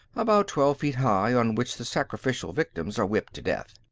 about twelve feet high, on which the sacrificial victims are whipped to death.